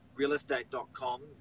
realestate.com